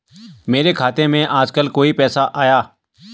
मेरे खाते में आजकल कोई पैसा आया?